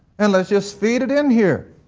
and lets just feed it in here.